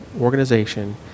organization